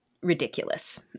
ridiculous